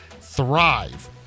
thrive